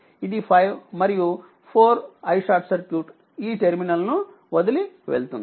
ఇది 5 మరియు 4 iSCఈ టెర్మినల్ ను వదిలి వెళ్తుంది